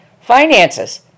Finances